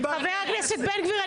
חבר הכנסת בן גביר,